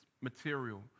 material